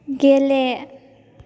गेले